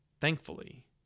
Thankfully